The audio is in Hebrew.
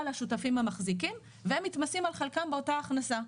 לשותפים המחזיקים והם מתמסים על חלקם באותה הכנסה,